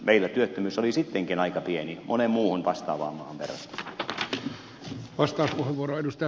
meillä työttömyys oli sittenkin aika pieni moneen muuhun vastaavaan maahan verrattuna